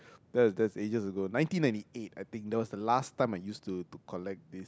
that that was ages ago nineteen ninety eight I think that was the last time I used to to collect the